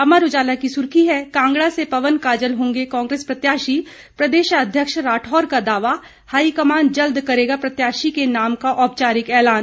अमर उजाला की सुर्खी है कांगड़ा से पवन काजल होंगे कांग्रेस प्रत्याशी प्रदेशाध्यक्ष राठौर का दावा हाईकमान जल्द करेगा प्रत्याशी के नाम का औपचारिक एलान